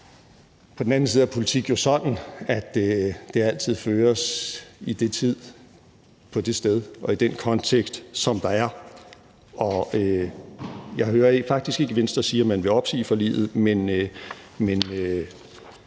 På den anden side er politik jo sådan, at den altid føres i den tid, på det sted og i den kontekst, som der er. Jeg hører faktisk ikke Venstre sige, at man vil opsige forliget, men